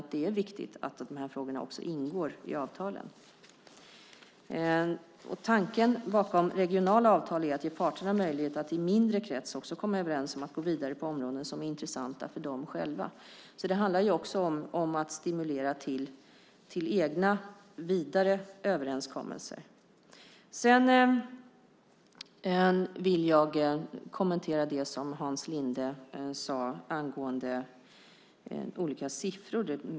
Det är viktigt att de frågorna ingår i avtalen. Tanken bakom regionala avtal är att ge parterna möjlighet att i en mindre krets komma överens om att gå vidare på områden som är intressanta för dem själva. Det handlar också om att stimulera till egna vidare överenskommelser. Jag vill kommentera det Hans Linde sade angående olika siffror.